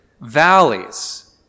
valleys